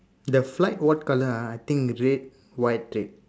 the flag what colour (huh) I think red white red